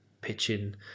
pitching